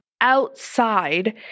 outside